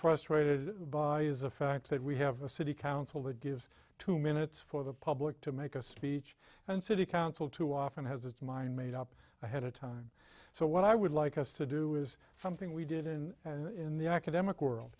frustrated by is the fact that we have a city council that gives two minutes for the public to make a speech and city council too often has its mind made up ahead of time so what i would like us to do is something we did in in the academic world